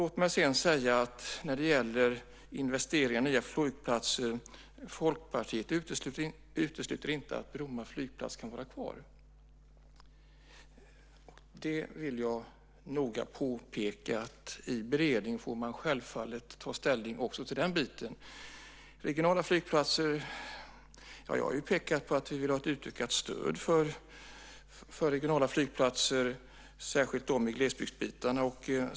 Låt mig sedan när det gäller investeringar i nya flygplatser säga att Folkpartiet inte utesluter att Bromma flygplats kan vara kvar. Det vill jag noga påpeka. I beredningen får man självfallet ta ställning också till den biten. När det gäller regionala flygplatser har jag pekat på att vi vill ha ett utökat stöd till sådana, särskilt i glesbygden.